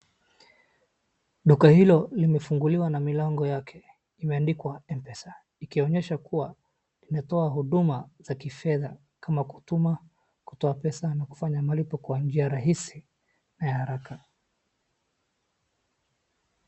Duka hilo limefunguliwa na milango yako. Limeandikwa M-pesa, likionyesha kuwa linatoa huduma za kifedha kama kutuma, kutoa pesa na kufanya malipo kwa njia rahisi na ya haraka.